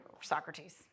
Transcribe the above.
Socrates